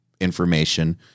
information